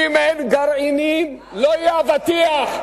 אם אין גרעינים, לא יהיה אבטיח.